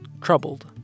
troubled